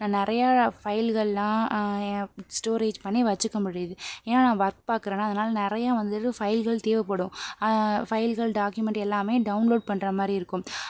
நான் நிறையா ஃபைல்களெலாம் ஸ்டோரேஜ் பண்ணி வச்சுக்க முடியுது ஏன்னால் நான் ஒர்க் பார்க்கறனா அதனாலே நிறையா வந்துடுது ஃபைல்கள் தேவைப்படும் ஃபைல்கள் டாக்குமெண்ட் எல்லாமே டவுன்லோட் பண்ணுற மாதிரி இருக்கும்